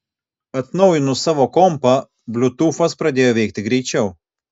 atnaujinus savo kompą bliutūfas pradėjo veikti greičiau